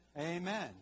Amen